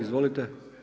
Izvolite.